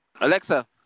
Alexa